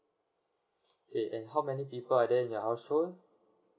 okay and how many people are there in your household